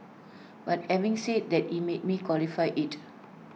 but having said that IT let me qualify IT